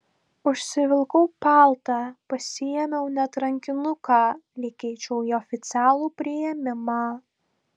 užsivilkau paltą pasiėmiau net rankinuką lyg eičiau į oficialų priėmimą